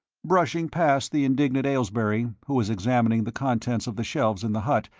brushing past the indignant aylesbury, who was examining the contents of the shelves in the hut,